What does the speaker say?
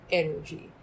energy